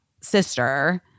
sister